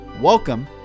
Welcome